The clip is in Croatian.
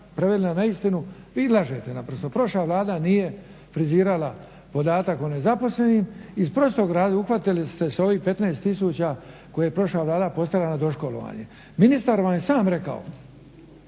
preveli na neistinu. Vi lažete naprosto. Prošla Vlada nije frizirala podatak o nezaposlenim iz prostog razloga, uhvatili ste se ovih 15 tisuća koje je prošla Vlada postavila na doškolovanje. Ministar vam je sam rekao